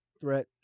threat